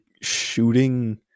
shooting